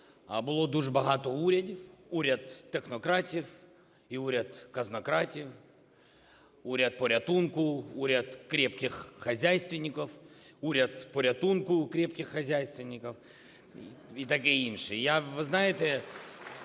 було дуже багато урядів. Уряд технократів і уряд казнократів, уряд порятунку, уряд крепких хозяйственников, уряд порятунку крепких хозяйственников і таке інше.